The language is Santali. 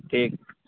ᱴᱷᱤᱠ